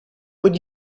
would